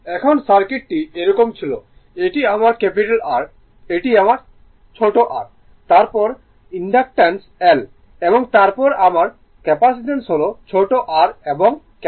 এখন সার্কিট টি এরকম ছিল এটি আমার ক্যাপিটাল R এটি আমার ছোট r তারপর ইন্ডাক্ট্যান্স L এবং তারপরে আমার ক্যাপাসিটেন্স হল ছোট r এবং L